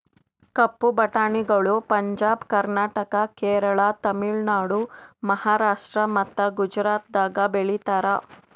ಕಪ್ಪು ಬಟಾಣಿಗಳು ಪಂಜಾಬ್, ಕರ್ನಾಟಕ, ಕೇರಳ, ತಮಿಳುನಾಡು, ಮಹಾರಾಷ್ಟ್ರ ಮತ್ತ ಗುಜರಾತದಾಗ್ ಬೆಳೀತಾರ